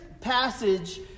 passage